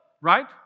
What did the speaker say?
right